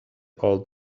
all